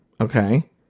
okay